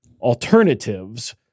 alternatives